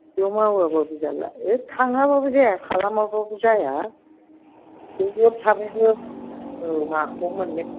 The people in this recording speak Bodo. बेयाव मावाबाबो जारला ओ थाङाब्लाबो जाया खालामाबाबो जाया दलर थाबाबो औ माखौ मोननो